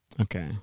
Okay